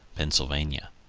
pennsylvania.